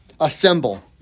assemble